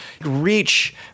reach